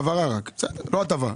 העברה; לא הטבה.